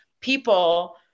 people